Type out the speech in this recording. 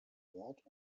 wort